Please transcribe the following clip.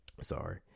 Sorry